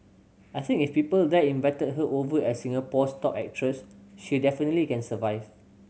I think if people there invited her over as Singapore's top actress she definitely can survive